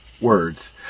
words